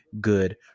good